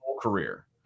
Career